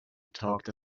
talked